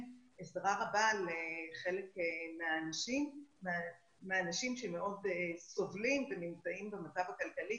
עזרה רבה לחלק מהאנשים שמאוד סובלים ונמצאים במצב הכלכלי,